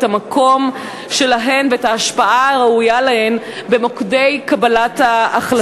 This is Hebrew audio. את המקום שלהן ואת ההשפעה הראויה להן במוקדי קבלת ההחלטות.